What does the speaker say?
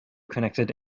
connected